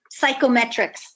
psychometrics